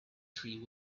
tree